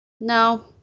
no